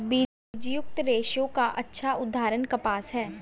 बीजयुक्त रेशे का अच्छा उदाहरण कपास है